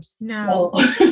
no